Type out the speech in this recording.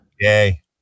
Yay